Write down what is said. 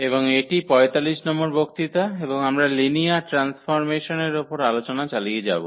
এবং এটি 45 নম্বর বক্তৃতা এবং আমরা লিনিয়ার ট্রান্সফর্মেশনের উপর আমাদের আলোচনা চালিয়ে যাব